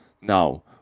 now